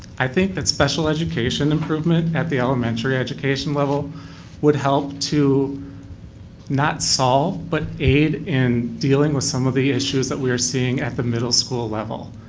i think that special education improvement at the elementary education level would help to not solve, but aid in dealing with some of the issues that we're seeing at the middle school level.